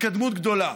התקדמות גדולה,